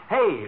Hey